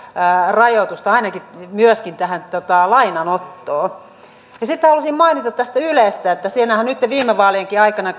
rajoitusta ainakin myöskin tähän lainanottoon sitten haluaisin mainita tästä ylestä että siellähän viime vaalienkin aikana